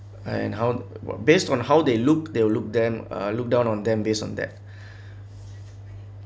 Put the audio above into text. and how what based on how they look they look them uh look down on them based on that